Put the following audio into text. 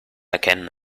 erkennen